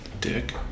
Dick